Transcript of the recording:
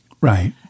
Right